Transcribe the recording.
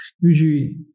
usually